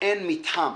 אין מתחם